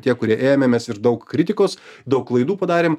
tie kurie ėmėmės ir daug kritikos daug klaidų padarėm